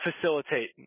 facilitate